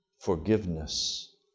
forgiveness